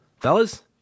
Fellas